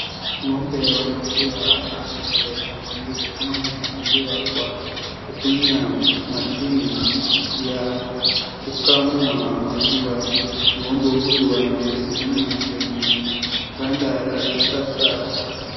Ng'ombe wa maziwa anayekamuliwa kwa kutumia mashine ya kukamulia maziwa. Ng'ombe huyu amesimama kwenye banda la kisasa.